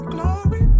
Glory